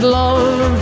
love